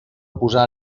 posar